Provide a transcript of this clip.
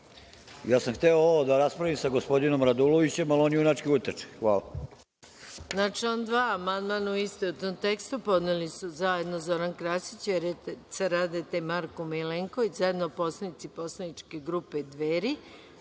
Ja sam hteo ovo da raspravim sa gospodinom Radulovićem, ali on junački uteče. Hvala.